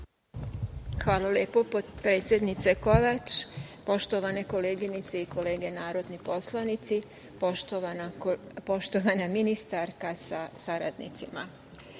Hvala lepo, potpredsednice Kovač. Poštovane koleginice i kolege narodni poslanici, poštovana ministarka sa saradnicima,